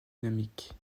dynamique